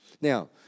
Now